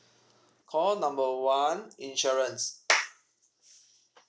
call number one insurance